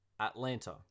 Atlanta